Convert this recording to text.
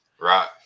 Right